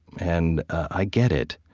and i get it.